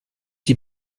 die